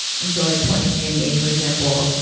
and so like twenty three andme, for example,